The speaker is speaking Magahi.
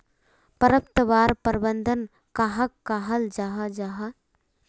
खरपतवार प्रबंधन कहाक कहाल जाहा जाहा?